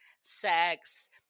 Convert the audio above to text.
sex